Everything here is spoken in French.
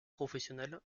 professionnel